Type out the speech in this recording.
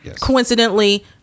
Coincidentally